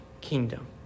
kingdom